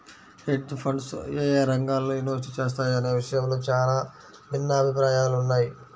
hedge funds యేయే రంగాల్లో invest చేస్తాయనే విషయంలో చానా భిన్నాభిప్రాయాలున్నయ్